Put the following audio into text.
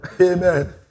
Amen